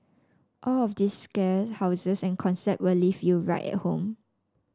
all of these scare houses and concept will leave you right at home